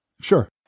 sure